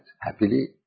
happily